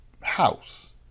house